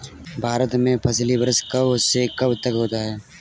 भारत में फसली वर्ष कब से कब तक होता है?